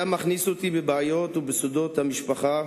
הוא היה מכניס אותי בבעיות ובסודות המשפחה,